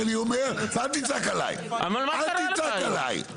לפעול לטובת האזרחים החדשים.